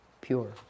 pure